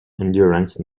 endurance